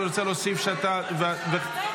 רוצה להוסיף שאתה --- רגע,